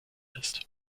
ist